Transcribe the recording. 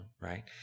Right